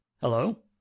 Hello